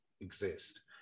exist